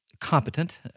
competent